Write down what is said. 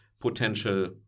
potential